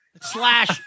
slash